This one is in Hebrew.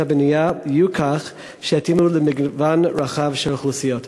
הבנייה יהיו כאלה שיתאימו למגוון רחב של אוכלוסיות?